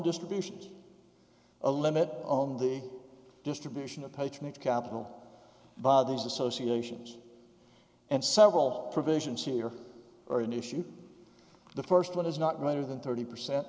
distributions a limit on the distribution of patronage capital by these associations and several provisions here are in issue the first one is not right or than thirty percent